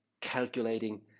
calculating